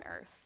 earth